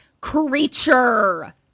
creature